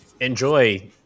enjoy